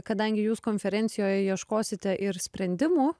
kadangi jūs konferencijoje ieškosite ir sprendimų